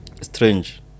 strange